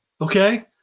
okay